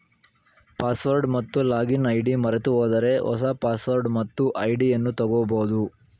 password ಮತ್ತು login ID ಮರೆತುಹೋದರೆ ಹೊಸ ಪಾಸ್ವರ್ಡ್ ಮತ್ತು ಐಡಿಯನ್ನು ತಗೋಬೋದು